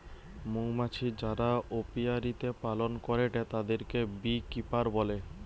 মৌমাছি যারা অপিয়ারীতে পালন করেটে তাদিরকে বী কিপার বলে